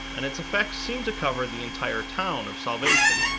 and its effects seem to cover the entire town of salvation.